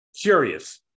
curious